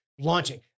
launching